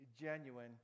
genuine